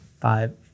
five